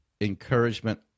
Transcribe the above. Encouragement